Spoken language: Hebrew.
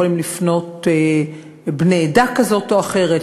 יכולים לפנות בני עדה כזאת או אחרת,